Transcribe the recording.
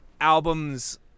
albums